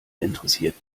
interessiert